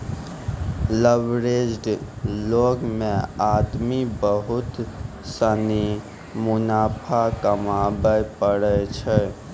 leveraged loan मे आदमी बहुत सनी मुनाफा कमाबै पारै छै